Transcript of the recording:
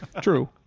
True